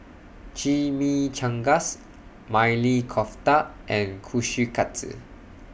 Chimichangas Maili Kofta and Kushikatsu